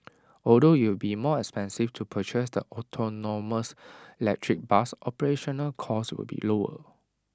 although IT will be more expensive to purchase the autonomous electric bus operational costs will be lower